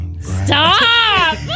Stop